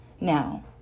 Now